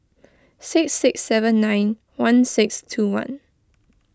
six six seven nine one six two one